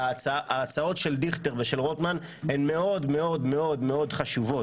ההצעות של דיכטר ושל רוטמן הן מאוד מאוד מאוד חשובות,